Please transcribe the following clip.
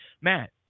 Matt